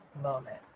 moment